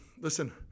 listen